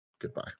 Goodbye